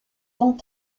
vente